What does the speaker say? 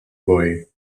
boy